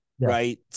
Right